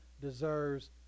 deserves